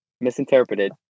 misinterpreted